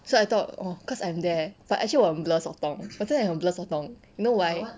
so I thought oh cause I'm there but actually 我很 blur sotong 我在那里很 blur sotong you know why